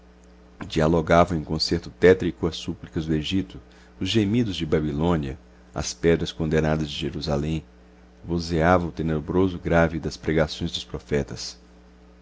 dialogavam em concerto tétrico as súplicas do egito os gemidos de babilônia as pedras condenadas de jerusalém vozeava o tenebroso grave das pregações dos profetas